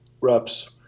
reps